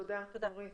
תודה, נורית.